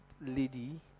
lady